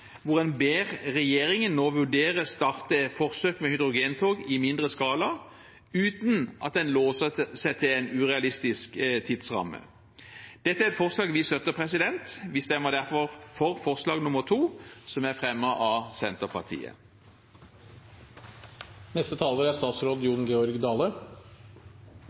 hvor en ber regjeringen nå vurdere å starte forsøk med hydrogentog i mindre skala, uten at en låser seg til en urealistisk tidsramme. Dette er et forslag vi støtter. Vi stemmer derfor for forslag nr. 2, som er fremmet av Senterpartiet.